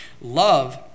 Love